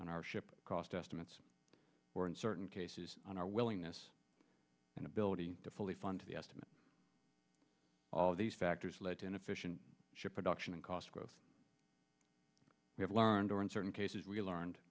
on our ship cost estimates were in certain cases on our willingness and ability to fully fund the estimate all of these factors lead to inefficient ship production and cost growth we have learned or in certain cases we learned